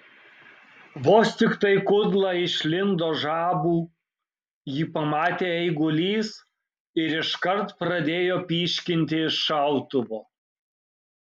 vos tiktai kudla išlindo žabų jį pamatė eigulys ir iškart pradėjo pyškinti iš šautuvo